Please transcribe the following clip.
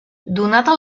donada